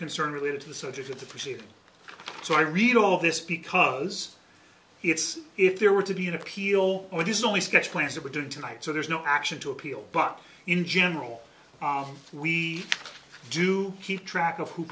concern related to the subject of the procedure so i read all of this because it's if there were to be an appeal which is only sketched plans that we're doing tonight so there's no action to appeal but in general we do keep track of who